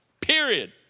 period